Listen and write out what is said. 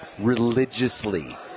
religiously